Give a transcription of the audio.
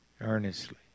earnestly